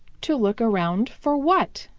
to look around for what?